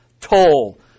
toll